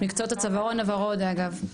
מקצועות הצווארון הוורוד, אגב.